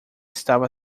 estava